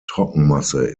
trockenmasse